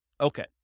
Okay